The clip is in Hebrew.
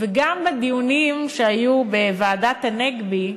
וגם בדיונים שהיו בוועדת הנגבי,